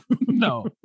No